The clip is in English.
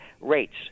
rates